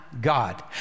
God